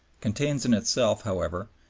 contains in itself, however,